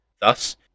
thus